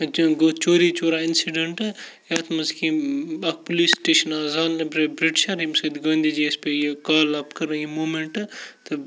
گوٚو چوری چورا اِنسِڈنٛٹ یَتھ منٛز کہِ یِم اَکھ پُلیٖس سِٹیشَن آو زالنہٕ بِرٛٹشَر ییٚمہِ سۭتۍ گاندھی جی یَس پیٚیہِ یہِ کال اَپ کَرُن یہِ موٗمٮ۪نٛٹ تہٕ